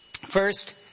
First